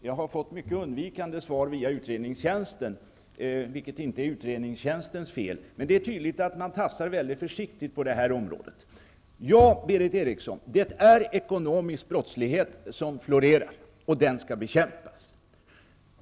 Jag har fått mycket undvikande svar via utredningstjänsten, vilket inte är utredningstjänstens fel. Det är tydligt att man tassar mycket försiktigt på det här området. Ja, Berith Eriksson, det är ekonomisk brottslighet som florerar, och den skall bekämpas.